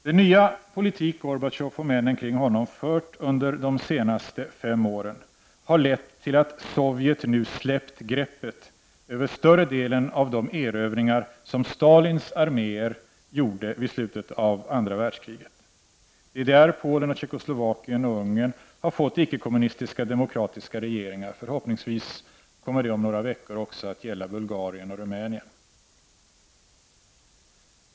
Den nya politik som Gorbatjov och männen kring honom fört under de senaste fem åren har lett till att Sovjet nu släppt greppet över större delen av de erövringar som Stalins arméer gjorde vid slutet av andra världskriget. DDR, Polen, Tjeckoslovakien och Ungern har fått icke-kommunistiska, demokratiska regeringar. Förhoppningsvis kommer detta om några veckor också att gälla Bulgarien och Rumänien.